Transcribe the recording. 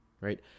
right